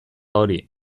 hori